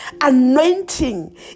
anointing